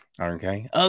Okay